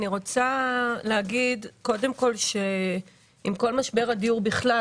אני רוצה להגיד שעם כל משבר הדיור בכלל,